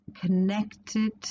connected